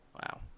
Wow